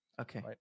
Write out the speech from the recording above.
Okay